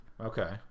Okay